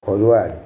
forward